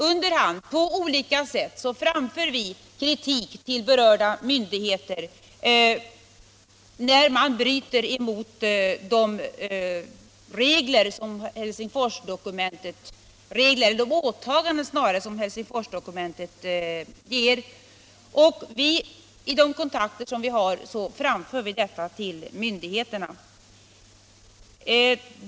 Under hand och på olika sätt framför vi kritik till berörda myndigheter när man bryter emot de regler, eller snarare åtaganden, som Helsingforsdokumentet förordar. Vid de kontakter vi har framför vi detta till myndigheterna.